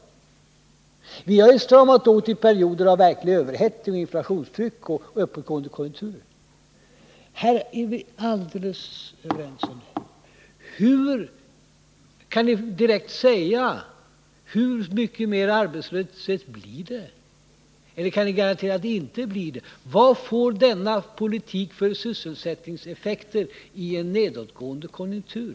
Vi socialdemokrater har stramat åt i perioder av verklig överhettning, inflationstryck och uppåtgående konjunktur. Kan ni garantera att det inte blir ökad arbetslöshet? Vilka effekter på sysselsättningen får denna politik i en nedåtgående konjunktur?